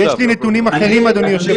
יש לי נתונים אחרים, אדוני היושב-ראש.